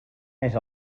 més